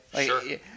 Sure